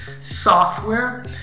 software